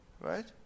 Right